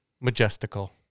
Majestical